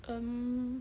mm